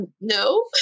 No